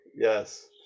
yes